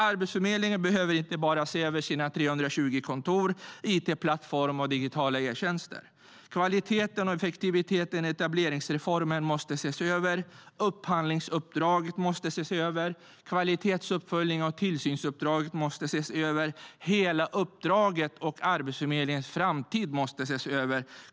Arbetsförmedlingen behöver inte bara se över sina 320 kontor, it-plattform och digitala etjänster, utan kvaliteten och effektiviteten i etableringsreformen måste ses över, upphandlingsuppdraget måste ses över, kvalitetsuppföljningen av tillsynsuppdraget måste ses över, och hela uppdraget och Arbetsförmedlingens framtid måste ses över.